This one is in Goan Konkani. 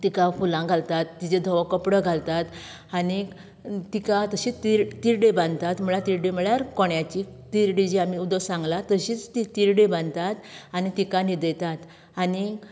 तिका फुलां घालतात तिजेर धवो कपडो घालतात आनीक तिका तशीच तिरड्यो बांदतात म्हळ्यार तिरड्यो म्हळ्यार कोण्याची तिर्डी जी आमी वोदोळ सांगला तशीच ती तिर्डी बांदतात आनी तिका न्हिदयतात आनीक